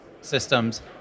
systems